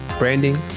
Branding